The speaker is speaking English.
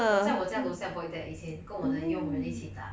我在我家楼下 void deck 以前跟我的佣人一起打